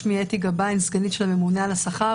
אני סגנית הממונה על השכר.